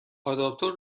آداپتور